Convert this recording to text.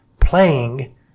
playing